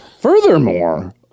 Furthermore